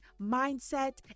mindset